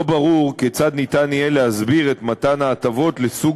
לא ברור כיצד ניתן יהיה להסביר את מתן ההטבות לסוג